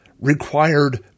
required